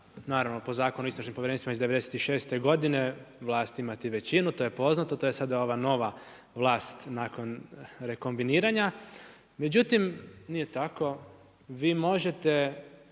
naravno po Zakonu o istražnim povjerenstvima iz '96. godine, vlast imati većinu, to je poznato, to je sada ova nova vlast nakon rekombiniranja. Međutim, nije tako, vi možete